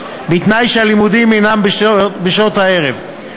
בתנאי שהלימודים אינם בשעות הערב.